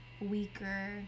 Weaker